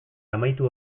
amaitu